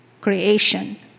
creation